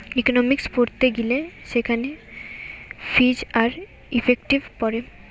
economics পড়তে গিলে সেখানে ফিজ আর ইফেক্টিভ পড়ে